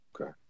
Okay